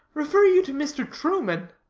refer you to mr. truman.